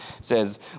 says